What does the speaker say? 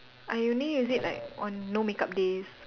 I only use it like on no makeup days